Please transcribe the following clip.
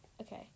Okay